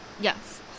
Yes